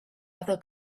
other